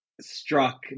struck